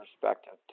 perspective